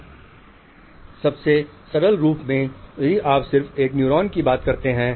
सबसे सरल रूप में यदि आप सिर्फ एक न्यूरॉन की बात करते हैं